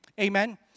Amen